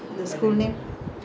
dunearn